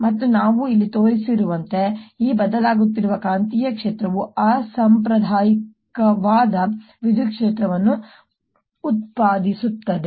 ಮತ್ತು ನಾವು ಇಲ್ಲಿ ತೋರಿಸಿರುವಂತೆ ಈ ಬದಲಾಗುತ್ತಿರುವ ಕಾಂತೀಯ ಕ್ಷೇತ್ರವು ಅಸಾಂಪ್ರದಾಯಿಕವಾದ ವಿದ್ಯುತ್ ಕ್ಷೇತ್ರವನ್ನು ಉತ್ಪಾದಿಸುತ್ತದೆ